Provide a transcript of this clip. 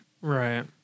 right